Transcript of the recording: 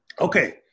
Okay